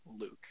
Luke